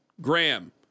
Graham